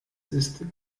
ist